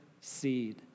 seed